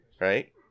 right